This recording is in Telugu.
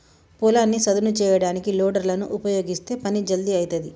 పొలాన్ని సదును చేయడానికి లోడర్ లను ఉపయీగిస్తే పని జల్దీ అయితది